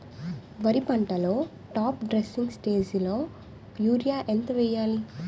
వరి పంటలో top dressing స్టేజిలో యూరియా ఎంత వెయ్యాలి?